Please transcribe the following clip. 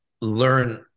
learn